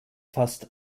fast